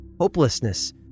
hopelessness